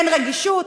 אין רגישות,